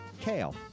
kale